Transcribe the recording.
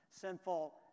sinful